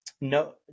No